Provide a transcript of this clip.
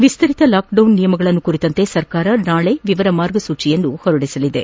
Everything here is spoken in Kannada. ವಿಸ್ತರಿತ ಲಾಕ್ಡೌನ್ ನಿಯಮಗಳನ್ನು ಕುರಿತಂತೆ ಸರ್ಕಾರ ನಾಳೆ ವಿವರ ಮಾರ್ಗಸೂಚಿಯನ್ನು ಹೊರಡಿಸಲಿದೆ